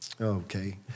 Okay